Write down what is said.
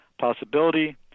possibility